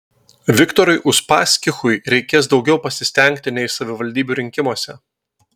viktorui uspaskichui reikės daugiau pasistengti nei savivaldybių rinkimuose